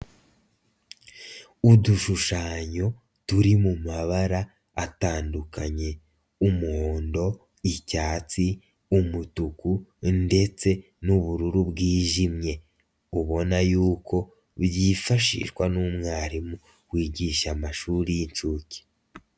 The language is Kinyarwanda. Udushushanyo turi mu mabara atandukanye; umuhondo, icyatsi, umutuku, ndetse n'ubururu bwijimye ubona yuko, byifashishwa n'umwarimu wigisha amashuri y'inshuke.